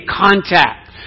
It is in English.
contact